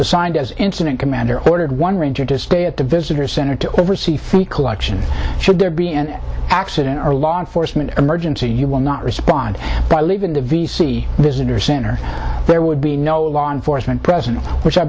assigned as incident commander ordered one ranger to stay at the visitor center to oversee faecal action should there be an accident or law enforcement emergency you will not respond by leaving the v c visitor center there would be no law enforcement presence which i